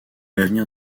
l’avenir